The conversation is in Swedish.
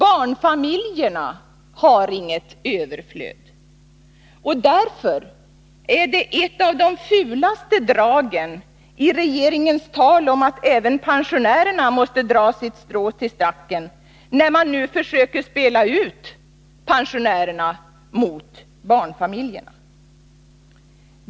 Barnfamiljerna har inget överflöd, och därför är det ett av de fulaste dragen i regeringens tal om att även pensionärerna måste dra sitt strå till stacken, när man försöker spela ut pensionärerna mot barnfamiljerna.